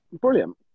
brilliant